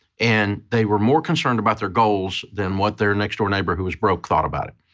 and they were more concerned about their goals than what their next door neighbor who was broke thought about it.